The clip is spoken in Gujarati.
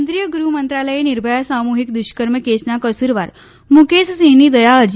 કેન્દ્રીય ગૃહમંત્રાલયે નિર્ભયા સામૂહિક દુષ્કર્મ કેસના કસૂરવાર મૂકેશસિંહની દયા અરજી